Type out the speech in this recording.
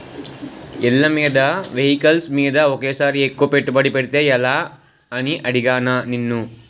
ఇళ్ళమీద, వెహికల్స్ మీద ఒకేసారి ఎక్కువ పెట్టుబడి పెడితే ఎలా అని అడిగానా నిన్ను